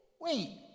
Wait